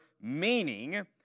meaning